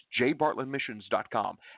jbartlandmissions.com